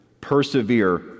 persevere